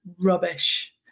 rubbish